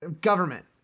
Government